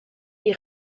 est